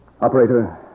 Operator